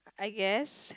I guess